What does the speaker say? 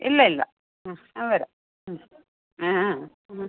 ഇല്ല ഇല്ല ആ ഞാൻ വരാം ഉം ആ ആ ആ